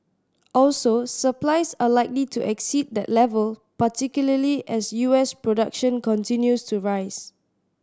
also supplies are likely to exceed that level particularly as U S production continues to rise